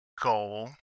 goal